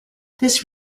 this